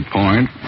point